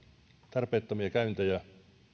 tarpeettomia käyntejä